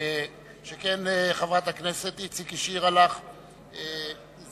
שכן חברת הכנסת איציק השאירה לך זמן.